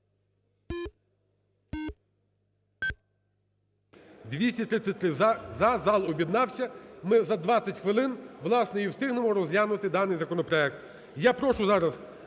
За-233 Зал об'єднався. Ми за 20 хвилин, власне, і встигнемо розглянути даний законопроект. Я прошу зараз